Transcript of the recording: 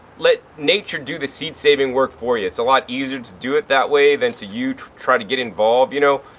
let nature do the seed saving work for you. it's a lot easier to do it that way than to you trying to get involved, you know.